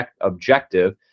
objective